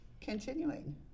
continuing